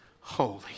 holy